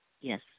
Yes